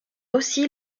aussi